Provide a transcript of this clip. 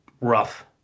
rough